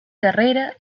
carrera